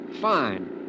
fine